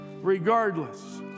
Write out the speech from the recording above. regardless